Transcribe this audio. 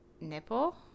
nipple